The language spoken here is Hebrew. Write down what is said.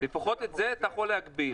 לפחות את זה אתה יכול להגביל.